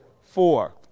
four